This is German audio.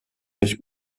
nicht